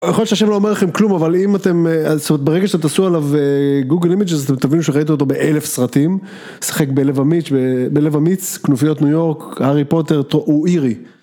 יכול להיות שהשם לא אומר לכם כלום אבל אם אתם, ברגע שאתם תעשו עליו גוגל אימאג'ז אתם תבינו שראיתם אותו באלף סרטים, שיחק בלב אמיץ, כנופיות ניו יורק, הארי פוטר, טוב הוא אירי